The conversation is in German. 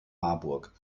marburg